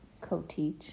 Co-teach